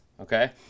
Okay